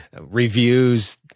Reviews